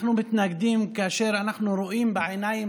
אנחנו מתנגדים כאשר אנחנו רואים בעיניים